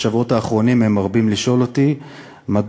בשבועות האחרונים הם מרבים לשאול אותי מדוע